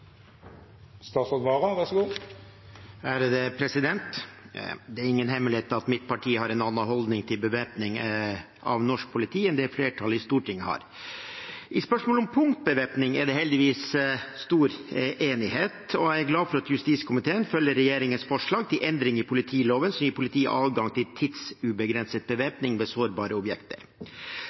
ingen hemmelighet at mitt parti har en annen holdning til bevæpning av norsk politi enn det flertallet i Stortinget har. I spørsmålet om punktbevæpning er det heldigvis stor enighet, og jeg er glad for at justiskomiteen følger regjeringens forslag til endring i politiloven som gir politiet adgang til tidsubegrenset bevæpning ved sårbare objekter.